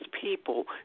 people